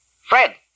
Fred